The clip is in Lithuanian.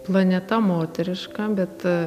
planeta moteriška bet